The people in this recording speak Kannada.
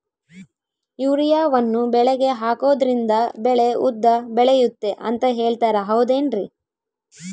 ಯೂರಿಯಾವನ್ನು ಬೆಳೆಗೆ ಹಾಕೋದ್ರಿಂದ ಬೆಳೆ ಉದ್ದ ಬೆಳೆಯುತ್ತೆ ಅಂತ ಹೇಳ್ತಾರ ಹೌದೇನ್ರಿ?